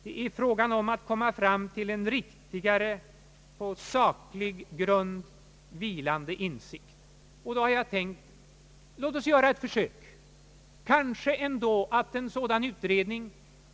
Det är fråga om att komma fram till en riktigare, på saklig grund vilande insikt. Jag har tänkt: Låt oss göra ett försök!